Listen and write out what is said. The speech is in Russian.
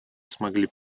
смогли